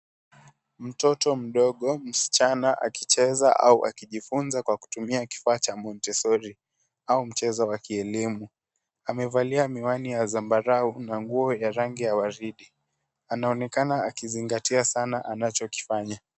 Mtoto mdogo msichana akicheza au akijifunza kwa kutumia kifaa cha monchhesaurri au mchezo wa kielimu. Amevalia miwani ya zambarau na nguo ya rangi ya waridi. Anaonekana akizingatia sana anachokifanya.